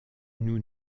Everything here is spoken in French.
nous